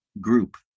group